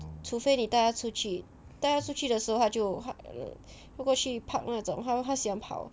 除非你带它出去带它出去的时候就好如果去 park 那种他喜欢它喜欢跑